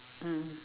mm